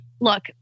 Look